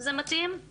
זה מתאים,